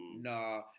no